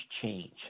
change